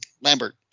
Lambert